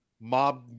mob